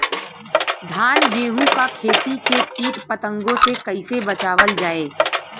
धान गेहूँक खेती के कीट पतंगों से कइसे बचावल जाए?